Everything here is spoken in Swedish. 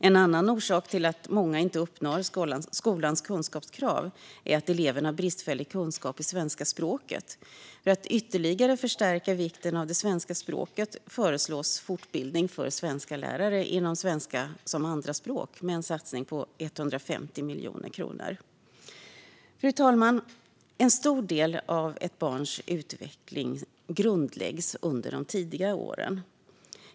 En annan orsak till att många inte uppnår skolans kunskapskrav är att eleven har bristfällig kunskap i svenska språket. För att ytterligare förstärka vikten av det svenska språket föreslås fortbildning för svensklärare inom svenska som andraspråk med en satsning på 150 miljoner kronor. Fru talman! En stor del av ett barns utveckling grundläggs under barnets tidiga år.